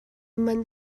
manh